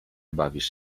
bawisz